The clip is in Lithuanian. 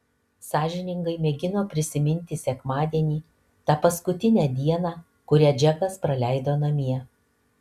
sąžiningai mėgino prisiminti sekmadienį tą paskutinę dieną kurią džekas praleido namie